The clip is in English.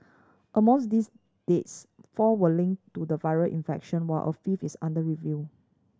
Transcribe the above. among these deaths four were linked to the viral infection while a fifth is under review